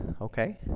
okay